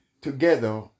together